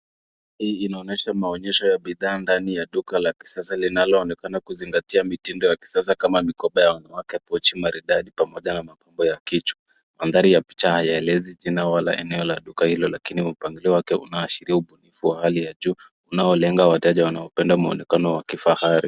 Hii inaonyesha maonyesho ya bidhaa ndani ya duka la kisasa; linaloonekana kuzingatia mitindo ya kisasa kama mikoba ya wanawake, pochi maridadi pamoja na mapambo ya kichwa. Mandhari ya picha hayaelezi jina wala eneo la duka hilo lakini mpangilio wake unaashiria ubunifu wa hali ya juu, unaolenga wateja wanaopenda muonekano wa kifahari.